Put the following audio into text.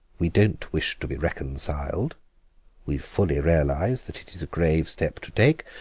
we don't wish to be reconciled we fully realise that it is a grave step to take,